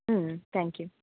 ம் thank you